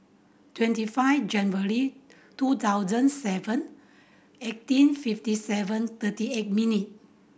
twenty five January two thousand seven eighteen fifty seven thirty eight minute